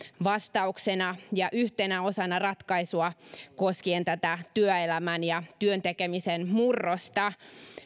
vastauksena ja yhtenä osana ratkaisua koskien tätä työelämän ja työn tekemisen murrosta